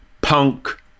punk